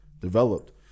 developed